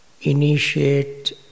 initiate